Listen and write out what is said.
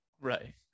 Right